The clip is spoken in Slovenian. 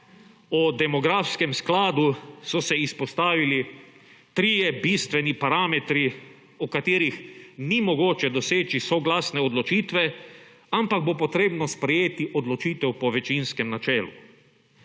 o demografskem skladu so se izpostavili trije bistveni parametri, o katerih ni mogoče doseči soglasne odločitve, ampak bo potrebo sprejeti odločitev po večinskem načelu,